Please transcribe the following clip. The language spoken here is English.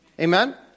Amen